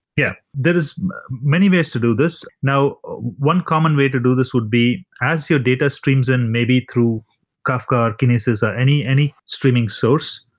yeah, there is many ways to do this. now one common way to do this would be as your data streams in maybe through kafka, or kinesis, or any any streaming source,